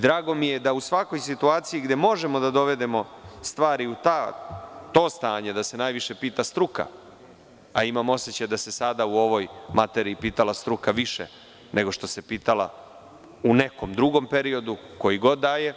Drago mi je da u svakoj situaciji gde možemo da dovedemo stvari u to stanje da se najviše pita struka, a imam osećaj da se sada u ovoj materiji pitala struka više nego što se pitala u nekom drugom periodu, koji god da je,